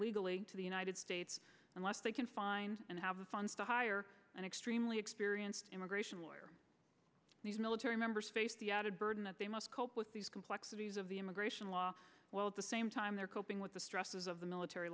legally to the united states unless they can find and have the funds to hire an extremely experienced immigration lawyer these military members face the added burden that they must cope with these complexities of the immigration law while at the same time they're coping with the stresses of the military